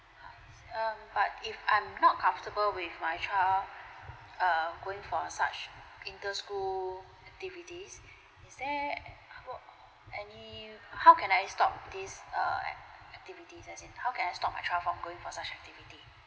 um but if I'm not comfortable with my child err going for such inter school activities is there any how can I stop these err activities as in how can I stop my child from going for such activity